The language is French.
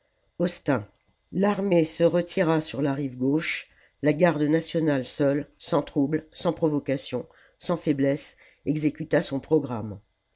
ostyn l'armée se retira sur la rive gauche la garde nationale seule sans trouble sans provocation sans faiblesse exécuta son programme